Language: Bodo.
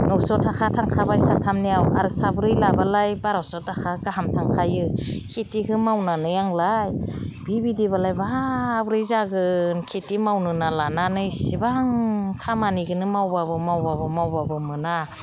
नयस' थाखा थांखाबाय साथामनियाव आरो साब्रै लाबालाय बारस' थाखा गाहाम थांखायो खेथिखौ मावनानै आंलाय बेबायदिबालाय माब्रै जागोन खेथि मावनो होनना लानानै इसेबां खामानिखौनो मावबाबो मावबाबो मावबाबो मोना